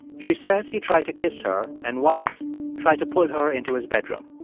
she says he tried to kiss her and once tried to pull her into his bedroom.